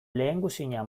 lehengusina